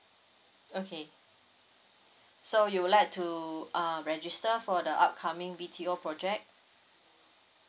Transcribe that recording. okay so you would like to um register for the upcoming B_T_O project